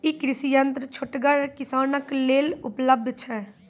ई कृषि यंत्र छोटगर किसानक लेल उपलव्ध छै?